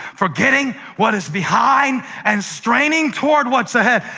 forgetting what is behind and straining toward what's ahead.